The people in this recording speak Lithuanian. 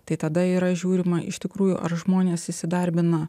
tai tada yra žiūrima iš tikrųjų ar žmonės įsidarbina